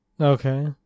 Okay